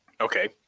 Okay